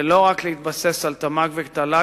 ולא רק להתבסס על תמ"ג ותל"ג,